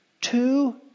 Two